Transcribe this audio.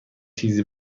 چیزی